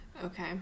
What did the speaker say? Okay